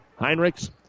Heinrichs